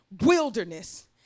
wilderness